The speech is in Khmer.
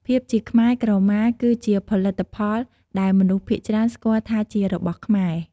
ភាពជាខ្មែរ ក្រមាគឺជាផលិតផលដែលមនុស្សភាគច្រើនស្គាល់ថាជា "របស់ខ្មែរ"។